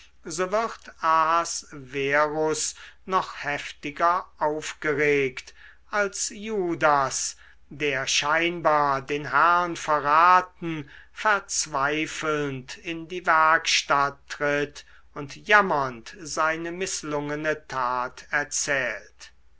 ahasverus noch heftiger aufgeregt als judas der scheinbar den herrn verraten verzweifelnd in die werkstatt tritt und jammernd seine mißlungene tat erzählt